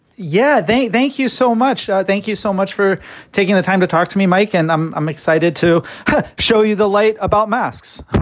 yeah. thank you so much. thank you so much for taking the time to talk to me, mike. and i'm i'm excited to show you the light about masks.